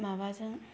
माबाजों